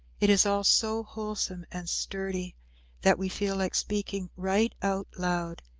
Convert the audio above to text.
it is all so wholesome and sturdy that we feel like speaking right out loud,